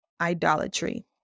idolatry